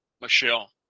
Michelle